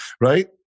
right